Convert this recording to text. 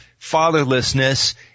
fatherlessness